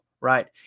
Right